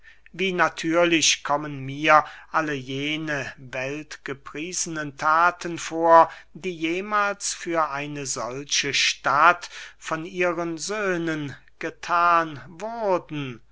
wie natürlich kommen mir alle jene weltgepriesenen thaten vor die jemahls für eine solche stadt von ihren söhnen gethan wurden